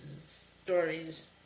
stories